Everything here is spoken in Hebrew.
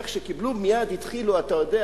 איך שקיבלו מייד התחילו, אתה יודע.